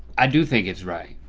i do think it's right.